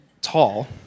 tall